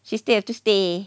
she still have to stay